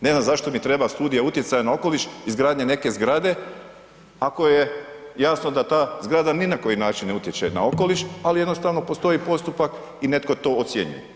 Ne znam zašto mi treba studija utjecaja na okoliš, izgradnja neke zgrade ako je jasno da ta zgrada ni na koji način ne utječe na okoliš, ali jednostavno postoji postupak i netko to ocjenjuje.